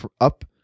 up